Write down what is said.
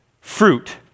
fruit